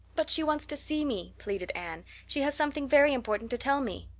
but she wants to see me, pleaded anne she has something very important to tell me.